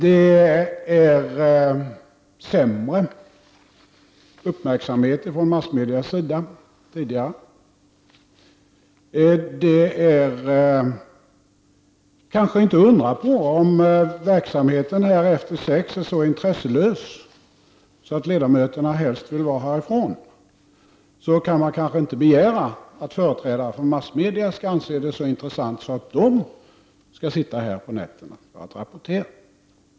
Uppmärksamheten från massmedias sida är sämre nu än tidigare. Det är kanske inte att undra på. Om verksamheten här efter kl. 18.00 är så intresselös att ledamöterna helst vill gå härifrån, kan man kanske inte begära att företrädare för massmedia skall anse det så intressant att de sitter här på nätterna för att rapportera.